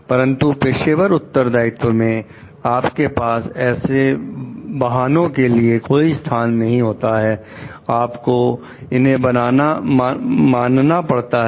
परंतु पेशेवर उत्तरदायित्व में आपके पास ऐसे वाहनों के लिए कोई स्थान नहीं होता है आपको इन्हें मानना पड़ता है